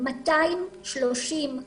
237